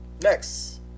Next